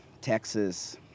Texas